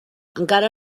encara